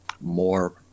more